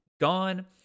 gone